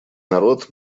народ